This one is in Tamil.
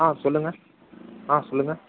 ஆ சொல்லுங்க ஆ சொல்லுங்க